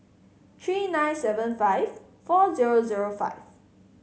three nine seven five four zero zero five